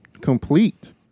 complete